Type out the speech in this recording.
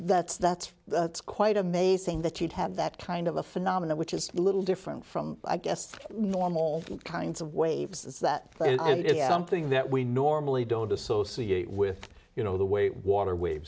that's that's that's it's quite amazing that you'd have that kind of a phenomena which is a little different from i guess normal kinds of waves is that something that we normally don't associate with you know the way water wave